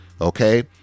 Okay